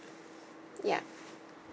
ya